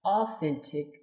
authentic